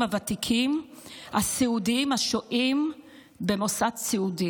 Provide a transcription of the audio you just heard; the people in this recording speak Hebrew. הוותיקים הסיעודיים השוהים במוסד סיעודי.